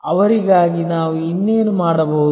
ಅವರಿಗಾಗಿ ನಾವು ಇನ್ನೇನು ಮಾಡಬಹುದು